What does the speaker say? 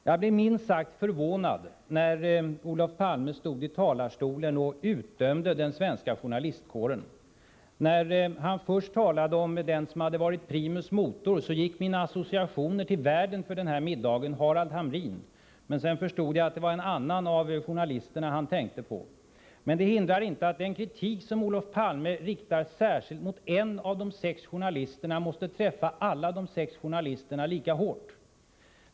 Jag blev minst sagt förvånad när Olof Palme stod i talarstolen och utdömde den svenska journalistkåren. När han först talade om den som hade varit primus motor gick mina associationer till värden för middagen, Harald Hamrin. Men sedan förstod jag att det var en annan journalist som han tänkte på. Men det hindrar inte att den kritik som Olof Palme riktar särskilt mot en av de sex journalisterna måste träffa alla dessa lika hårt.